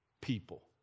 people